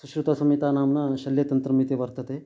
शुश्रुतसंहिता नाम्ना शल्यतन्त्रम् इति वर्तते